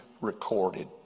recorded